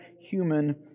human